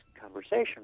conversation